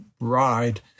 ride